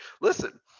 listen